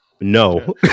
No